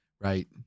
Right